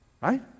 Right